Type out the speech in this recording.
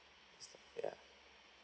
yeah